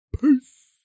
peace